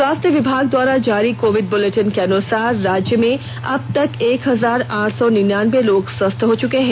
स्वास्थ्य विभाग द्वारा जारी कोविड बुलेटिन के अनुसार राज्य में अब तक एक हजार आठ सौ निन्यानबे लोग स्वस्थ चुके हैं